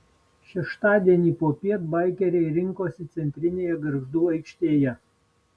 šeštadienį popiet baikeriai rinkosi centrinėje gargždų aikštėje